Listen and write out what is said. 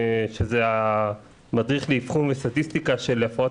שזה המדריך לאבחון וסטטיסטיקה של הפרעות